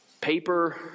Paper